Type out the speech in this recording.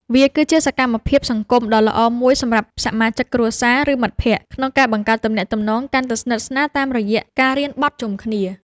វាគឺជាសកម្មភាពសង្គមដ៏ល្អមួយសម្រាប់សមាជិកគ្រួសារ ឬមិត្តភក្តិ ក្នុងការបង្កើតទំនាក់ទំនងកាន់តែស្និទ្ធស្នាលតាមរយៈការរៀនបត់ជុំគ្នា។